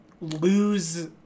lose